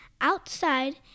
outside